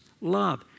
love